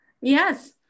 Yes